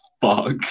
fuck